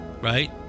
right